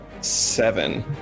seven